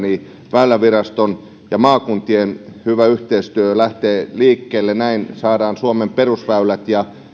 väyläviraston ja maakuntien hyvä yhteistyö lähtee liikkeelle näin saadaan suomen perusväylät ja